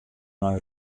nei